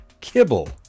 kibble